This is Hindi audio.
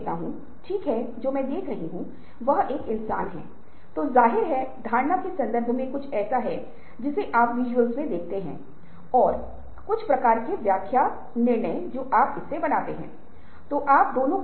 ताकि वे उत्पाद की बिक्री को बढ़ावा देने के लिए एक समाधान प्रदान कर सकें